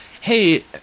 hey